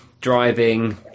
driving